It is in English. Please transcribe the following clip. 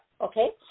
okay